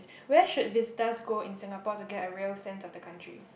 where should visitors go in Singapore to get a real sense of the country